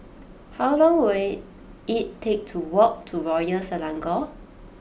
how long will it take to walk to Royal Selangor